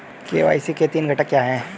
KYC के तीन घटक क्या हैं?